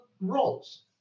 roles